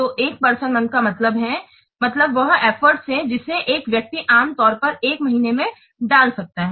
तो एक person month का मतलब वह एफर्ट है जिसे एक व्यक्ति आम तौर पर एक महीने में डाल सकता है